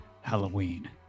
Halloween